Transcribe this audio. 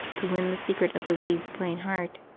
to win the secret of the weed's plain heart?